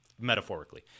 Metaphorically